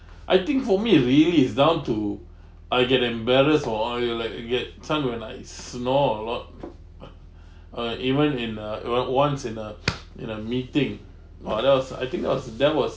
I think for me it really is down to I get embarrassed or oh you like you get some when I snore a lot uh even in a uh once in a in a meeting !wah! that was I think that was that was